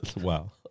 Wow